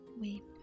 weep